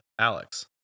Alex